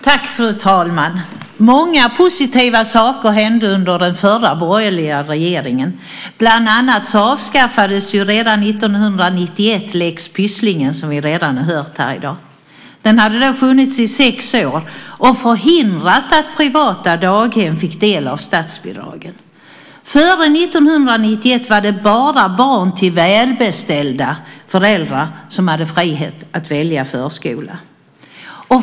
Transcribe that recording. Fru talman! Många positiva saker hände under den förra borgerliga regeringen. Bland annat avskaffades redan 1991 lex Pysslingen. Lagen hade då funnits i sex år och förhindrat att privata daghem fick del av statsbidragen. Före 1991 var det bara barn till välbeställda föräldrar som hade frihet att välja förskola.